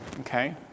Okay